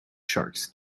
sharks